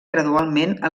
gradualment